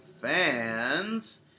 Fans